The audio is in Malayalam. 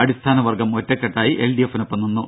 അടിസ്ഥാന വർഗ്ഗം ഒറ്റക്കെട്ടായി എൽഡിഎഫിനൊപ്പം നിന്നു